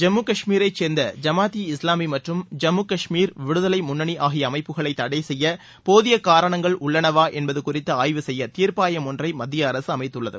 ஜம்மு கஷ்மீரை சேர்ந்த ஜமாத் இ இஸ்வாமி மற்றும் ஜம்மு கஷ்மீர் விடுதலை முன்னணி ஆகிய அமைப்புகளை தடை செய்ய போதிய காரணங்கள் உள்ளனவா என்பது குறித்து ஆய்வு செய்ய தீர்ப்பாயம் ஒன்றை மத்திய அரசு அமைத்துள்ளது